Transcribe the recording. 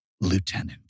lieutenant